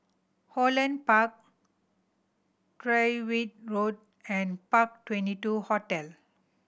Holland Park Tyrwhitt Road and Park Twenty two Hotel